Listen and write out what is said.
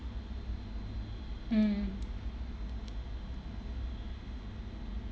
mm